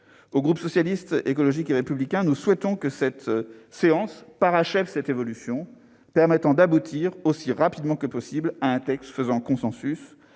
du groupe Socialiste, Écologiste et Républicain souhaitent que cette séance parachève cette évolution et permette d'aboutir aussi rapidement que possible à un texte consensuel.